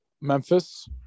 Memphis